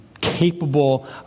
capable